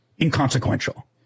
inconsequential